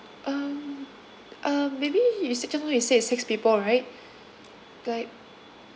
um um maybe you said just now you say is six people right like